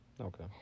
Okay